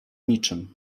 niczym